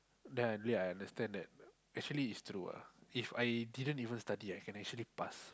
then I really understand that actually is true ah If I didn't even study I can actually pass